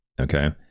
Okay